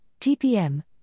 TPM